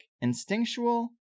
instinctual